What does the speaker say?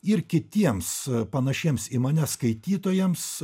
ir kitiems panašiems į mane skaitytojams